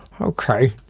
Okay